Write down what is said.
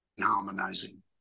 harmonizing